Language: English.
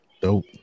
dope